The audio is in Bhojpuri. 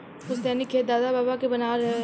पुस्तैनी खेत दादा बाबा के बनावल हवे